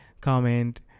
comment